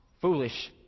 foolish